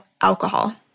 alcohol